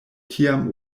tiam